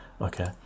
okay